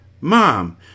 Mom